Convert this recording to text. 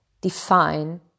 define